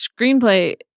screenplay